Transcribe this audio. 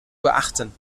beachten